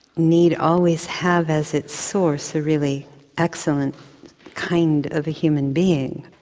need always have as its source, a really excellent kind of a human being.